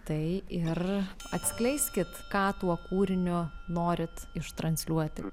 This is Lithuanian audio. tai ir atskleiskit ką tuo kūriniu norit ištransliuoti